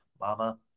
Mama